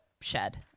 shed